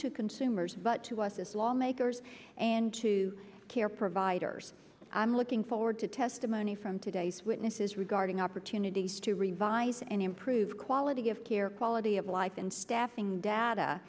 to consumers but to us law makers and to care providers i'm looking forward to testimony from today's witnesses regarding opportunities to revise and improve quality of care quality of life and staffing data